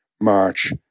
March